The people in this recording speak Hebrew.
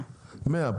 100. 100,